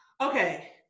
Okay